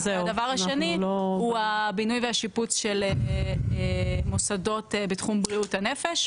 והדבר השני הוא הבינוי והשיפוץ של מוסדות בתחום בריאות הנפש,